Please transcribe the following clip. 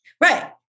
Right